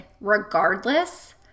regardless